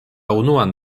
unuan